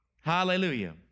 Hallelujah